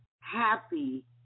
happy